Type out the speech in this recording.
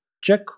Check